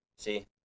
See